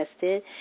tested